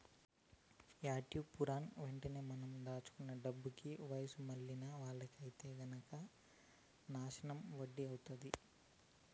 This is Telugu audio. యాన్యుటీ పూర్తయిన వెంటనే మనం దాచుకున్న డబ్బుకి వయసు మళ్ళిన వాళ్ళకి ఐతే గనక శానా వడ్డీ వత్తుంది